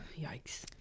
Yikes